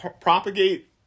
propagate